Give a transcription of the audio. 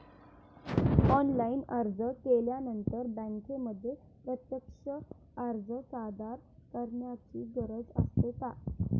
Online अर्ज केल्यानंतर बँकेमध्ये प्रत्यक्ष अर्ज सादर करायची गरज असते का?